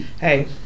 hey